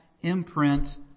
imprint